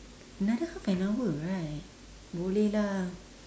another half an hour right boleh lah